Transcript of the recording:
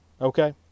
okay